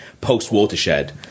post-Watershed